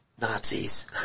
Nazis